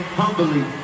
humbly